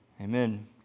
Amen